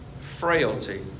Frailty